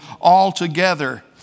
altogether